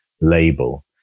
label